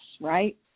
right